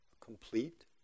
complete